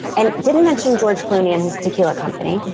and didn't mention george clooney and his tequila company,